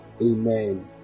Amen